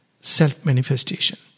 self-manifestation